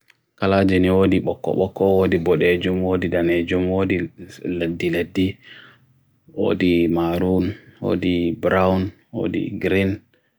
Neɓbi ɗe kala naangeji kala.